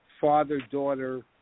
father-daughter